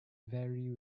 vary